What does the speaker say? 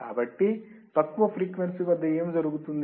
కాబట్టి తక్కువ ఫ్రీక్వెన్సీ వద్ద ఏమి జరుగుతుంది